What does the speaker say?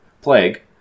Plague